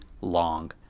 long